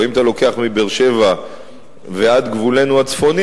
אבל אם אתה לוקח מבאר-שבע ועד גבולנו הצפוני